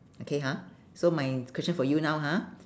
okay ha so my question for you now ha